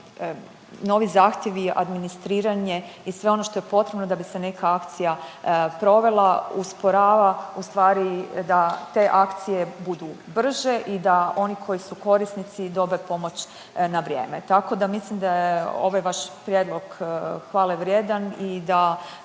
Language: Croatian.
novi zahtjevi i administriranje i sve ono što je potrebno da bi se neka akcija provela usporava ustvari da te akcije budu brže i da oni koji su korisnici dobe pomoć na vrijeme. Tako da mislim da je ovaj vaš prijedlog hvale vrijedan i da